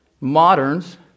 Moderns